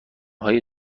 های